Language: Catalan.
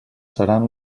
seran